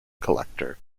collector